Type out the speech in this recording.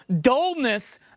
dullness